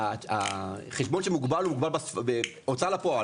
החשבון שמוגבל הוא הוגבל בהוצאה לפועל,